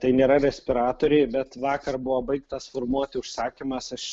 tai nėra respiratoriai bet vakar buvo baigtas formuoti užsakymas aš